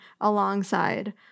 alongside